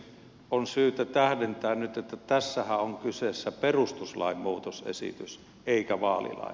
on syytä tähdentää nyt että tässähän on kyseessä perustuslain muutosesitys eikä vaalilain